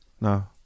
no